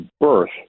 birth